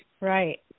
right